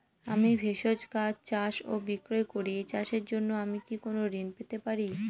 আমি ভেষজ গাছ চাষ ও বিক্রয় করি এই চাষের জন্য আমি কি কোন ঋণ পেতে পারি?